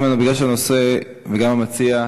מכיוון שהנושא וגם המציע,